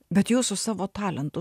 bet jūs su savo talentu